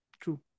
True